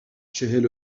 چهل